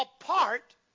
apart